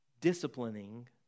disciplining